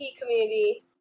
community